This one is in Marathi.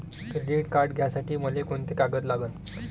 क्रेडिट कार्ड घ्यासाठी मले कोंते कागद लागन?